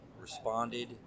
responded